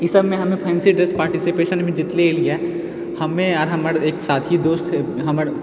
ई सबमे हमे fancy dress पार्टीसिपेशनमे जितले रहिए हमे आओर एक साथी दोस्त हमर